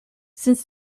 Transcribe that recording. since